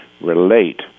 relate